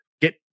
get